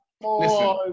listen